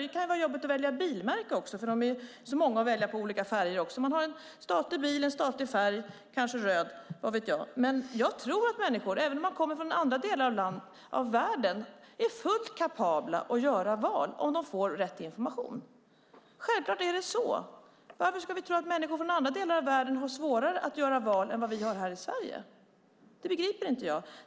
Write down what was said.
Det kan vara jobbigt att välja bilmärke också, för det är så många att välja på, i olika färger också. Man kan ha en statlig bil och en statlig färg, kanske röd, vad vet jag. Men jag tror att människor, även om de kommer från andra delar av världen, är fullt kapabla att göra val om de får rätt information. Självklart är det så. Varför ska vi tro att människor från andra delar av världen har svårare att göra val än vi har här i Sverige? Det begriper inte jag.